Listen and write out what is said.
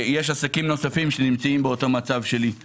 יש עסקים נוספים שנמצאים באותו מצב בו אני נמצא.